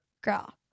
girl